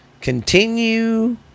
continue